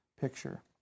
picture